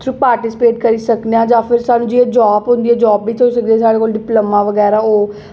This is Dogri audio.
पार्टीसिपेट करी सकने आं जां फिर स्हानूं जि'यां जाब होंदी ऐ जाब बिच तुस अगर साढ़े कोल डिपलोमा बगैरा होऐ